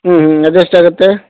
ಹ್ಞೂ ಹ್ಞೂ ಅದು ಎಷ್ಟಾಗುತ್ತೆ